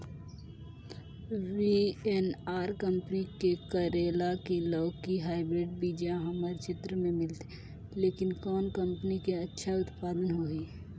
VNR company के करेला की लौकी हाईब्रिड बीजा हमर क्षेत्र मे मिलथे, लेकिन कौन कंपनी के अच्छा उत्पादन होही?